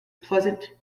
pleasant